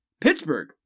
Pittsburgh